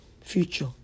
future